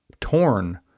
torn